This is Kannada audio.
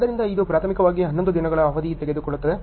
ಆದ್ದರಿಂದ ಇದು ಪ್ರಾಥಮಿಕವಾಗಿ 11 ದಿನಗಳ ಅವಧಿ ತೆಗೆದುಕೊಳ್ಳುತ್ತದೆ